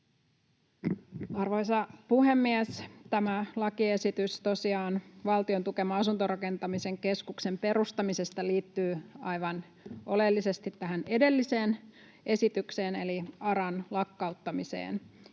Arvoisa puhemies! Tämä lakiesitys Valtion tukeman asuntorakentamisen keskuksen perustamisesta liittyy aivan oleellisesti tähän edelliseen esitykseen eli ARAn lakkauttamiseen,